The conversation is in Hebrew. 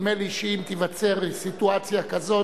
נדמה לי שאם תיווצר סיטואציה כזאת,